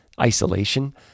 isolation